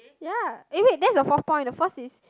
ya eh wait that's the fourth point the first is